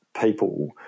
people